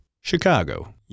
Chicago